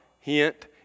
Hint